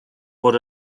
bod